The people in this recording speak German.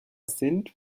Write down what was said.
sind